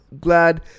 glad